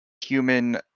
human